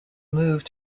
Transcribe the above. move